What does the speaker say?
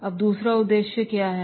अब दूसरा उद्देश्य क्या है